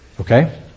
Okay